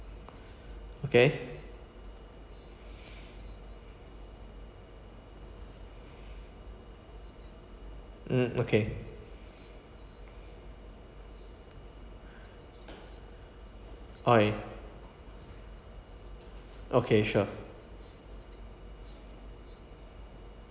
okay mm okay oil okay sure